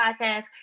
Podcast